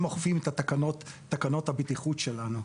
הם אוכפים את תקנות הבטיחות שלנו.